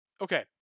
Okay